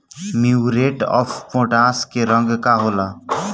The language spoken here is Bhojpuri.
म्यूरेट ऑफ पोटाश के रंग का होला?